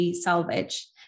salvage